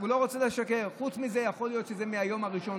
חוץ מזה, יכול להיות שזה מהיום הראשון.